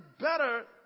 better